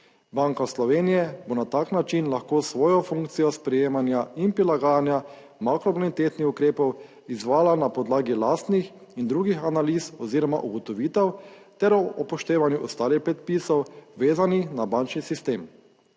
Banka Slovenije bo na tak način lahko svojo funkcijo sprejemanja in prilagajanja makrobonitetni ukrepov izvajala na podlagi lastnih in drugih analiz oziroma ugotovitev ter ob upoštevanju ostalih predpisov vezanih na bančni sistem.